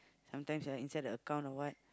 sometimes right inside the account or what